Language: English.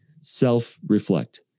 self-reflect